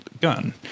gun